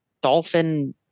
dolphin